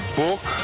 book